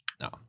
No